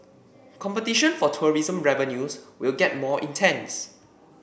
competition for tourism revenues will get more intense